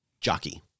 Jockey